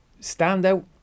standout